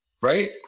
Right